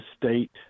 state –